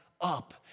up